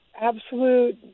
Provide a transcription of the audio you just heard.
absolute